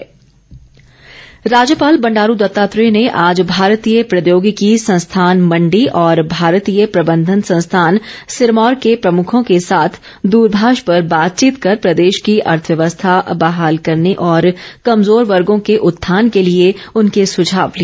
राज्यपाल राज्यपाल बंडारू दत्तात्रेय ने आज भारतीय प्रौद्योगिकी संस्थान मण्डी और भारतीय प्रबंधन संस्थान सिरमौर के प्रमुखों के साथ द्रभाष पर बातचीत कर प्रदेश की अर्थव्यवस्था बहाल करने और कमजोर वर्गो के उत्थान के लिए उनके सुझाव लिए